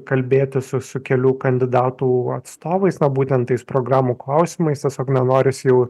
kalbėtis su su kelių kandidatų atstovais na būtent tais programų klausimais tiesiog nenoris jau